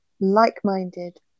like-minded